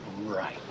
right